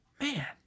man